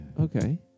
Okay